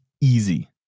easy